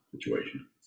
situation